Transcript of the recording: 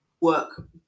work